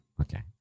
Okay